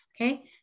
okay